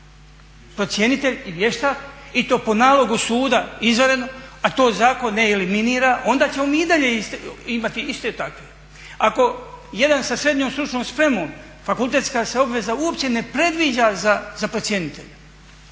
i to po nalogu suda izvanredno, a to zakon ne eliminira onda ćemo mi i dalje imati iste takve. Ako jedan sa srednjom stručnom spremom fakultetska se obveza uopće ne predviđa za procjenitelja.